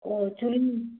ও চুল